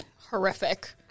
Horrific